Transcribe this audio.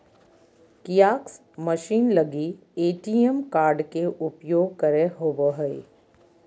kiosk machine लगी ATM card के उपयोग करे होबो हइ